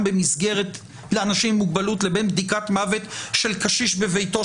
במסגרת לאנשים עם מוגבלות לבין בדיקת מוות של קשיש בביתו,